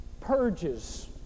purges